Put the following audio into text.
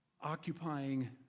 occupying